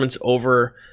over